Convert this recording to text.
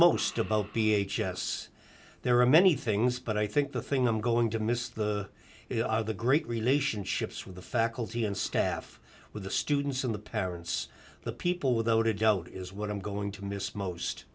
most about b h yes there are many things but i think the thing i'm going to miss the the great relationships with the faculty and staff with the students and the parents the people without a doubt is what i'm going to miss most